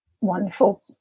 Wonderful